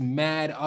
mad